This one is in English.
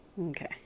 Okay